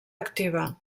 activa